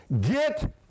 Get